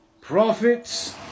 Prophets